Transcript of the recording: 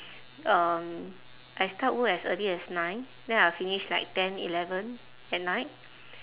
um I start work as early as nine then I will finish like ten eleven at night